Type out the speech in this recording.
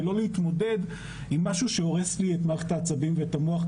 ולא להתמודד עם משהו שהורס לי את מערכת העצבים ואת המוח,